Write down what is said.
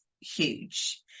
huge